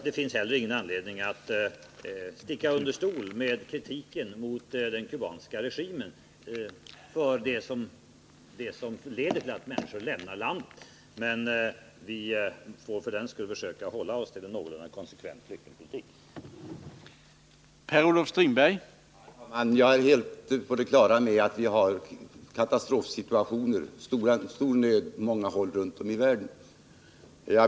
Det finns inte någon anledning att sticka under stol med kritiken mot den kubanska regimen för den politik som leder till att människor lämnar landet. Men vi får för den skull försöka hålla oss till en konsekvent flyktingpolitik. jekts effekter på miljön